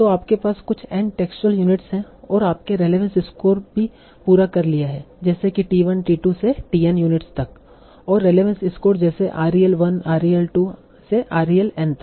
तो आपके पास कुछ n टेक्सुअल यूनिट्स हैं और आपने रेलेवंस स्कोर भी पूरा कर लिया है जैसे कि t 1 t 2 से t n यूनिट्स तक और रेलेवंस स्कोर जैसे rel 1 rel 2 से rel n तक